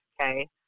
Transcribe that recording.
okay